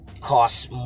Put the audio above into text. costs